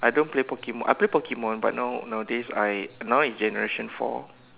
I don't play Pokemon I play Pokemon but now nowadays I now is generation four